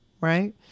right